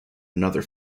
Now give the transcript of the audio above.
another